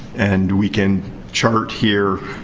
and we can chart here,